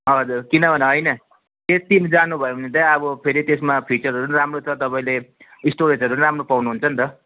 हजुर किनभने होइन यति जान्नुभयो भने चाहिँ अब फेरि त्यसमा फिचरहरू पनि राम्रो छ तपाईँले स्टोरेजहरू पनि राम्रो पाउनु हुन्छ नि त